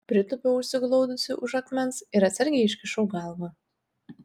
pritūpiau užsiglaudusi už akmens ir atsargiai iškišau galvą